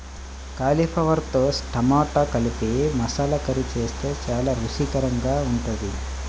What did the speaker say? కాలీఫ్లవర్తో టమాటా కలిపి మసాలా కర్రీ చేస్తే చాలా రుచికరంగా ఉంటుంది